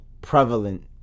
prevalent